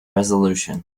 resolution